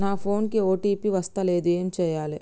నా ఫోన్ కి ఓ.టీ.పి వస్తలేదు ఏం చేయాలే?